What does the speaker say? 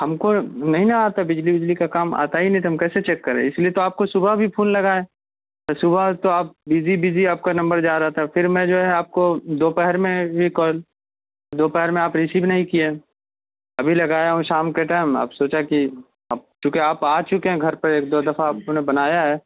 ہم کو نہیں نا آتا ہے بجلی وجلی کا کام آتا ہی نہیں تو ہم کیسے چیک کریں اسی لیے تو آپ کو صبح بھی فون لگائے صبح تو آپ بزی بزی آپ کا نمبر جا رہا تھا پھر میں جو ہے آپ کو دوپہر میں بھی کال دوپہر میں آپ ریسیو نہیں کیے ابھی لگایا ہوں شام کے ٹائم اب سوچا کہ اب چونکہ آپ آ چکے ہیں گھر پہ ایک دو دفعہ آپ نے بنایا ہے